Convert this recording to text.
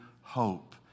hope